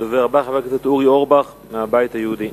הדובר הבא, חבר הכנסת אורי אורבך מהבית היהודי.